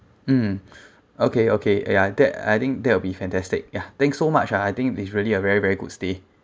mm okay okay ya that I think that will be fantastic ya thank so much ah I think is really a very very good stay